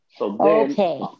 Okay